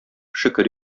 шөкер